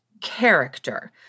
character